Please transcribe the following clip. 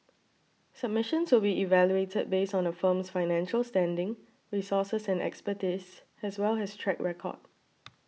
submissions will be evaluated based on a firm's financial standing resources and expertise as well as track record